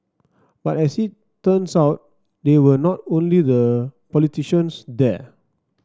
but as it turns out they were not the only politicians there